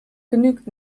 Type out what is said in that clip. genügt